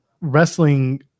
wrestling